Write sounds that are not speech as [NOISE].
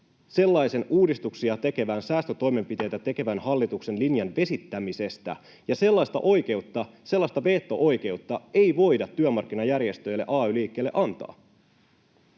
sellaisen uudistuksia tekevän, säästötoimenpiteitä tekevän [NOISE] hallituksen linjan vesittämistä, ja sellaista oikeutta, sellaista veto-oikeutta, ei voida työmarkkinajärjestöille, ay-liikkeelle, antaa.